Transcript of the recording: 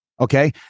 Okay